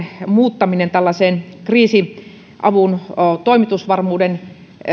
muuttaminen tällaiseen kriisiavun toimitusvarmuuden